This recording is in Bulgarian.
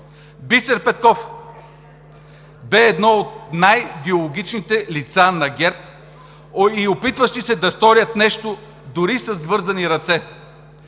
Бисер Петков бе едно от най-диалогичните лица на ГЕРБ, опитващи се да сторят нещо дори с вързани ръце.